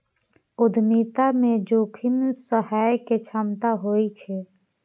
उद्यमिता मे जोखिम सहय के क्षमता होइ छै